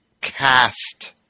cast